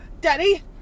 Daddy